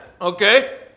okay